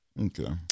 Okay